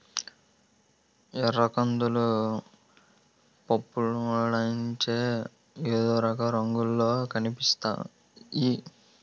ఎర్రకందులు పప్పులాడించితే అదొక రంగులో కనిపించుతాయి